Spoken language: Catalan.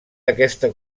aquesta